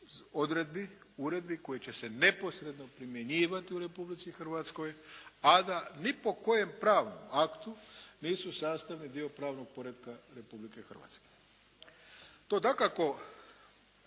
odredbi, uredbi koje će se neposredno primjenjivati u Republici Hrvatskoj, a da ni po kojem pravnom aktu nisu sastavni dio pravnog poretka Republike Hrvatske. To dakako